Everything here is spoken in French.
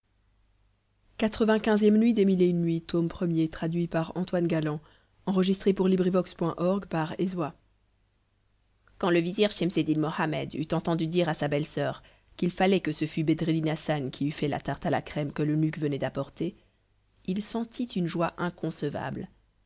quand le vizir schemseddin mohammed eut entendu dire à sa bellesoeur qu'il fallait que ce fût bedreddin hassan qui eût fait la tarte à la crème que l'eunuque venait d'apporter il sentit une joie inconcevable